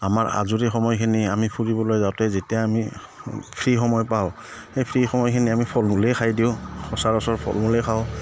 আমাৰ আজৰি সময়খিনি আমি ফুৰিবলৈ যাওঁতে যেতিয়া আমি ফ্ৰী সময় পাওঁ সেই ফ্ৰী সময়খিনি আমি ফল মূলেই খাই দিওঁ সচৰাচৰ ফল মূলে খাওঁ